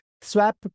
Swap